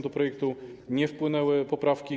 Do projektu nie wpłynęły poprawki.